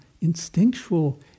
instinctual